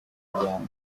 miryango